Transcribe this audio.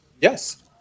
Yes